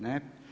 Ne.